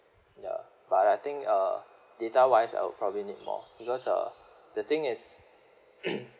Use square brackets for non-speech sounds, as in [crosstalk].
ya but I think uh data wise I'll probably need more because uh the thing is [coughs]